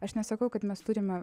aš nesakau kad mes turime